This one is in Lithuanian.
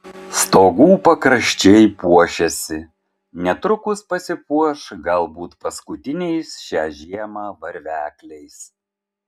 stogų pakraščiai puošiasi netrukus pasipuoš galbūt paskutiniais šią žiemą varvekliais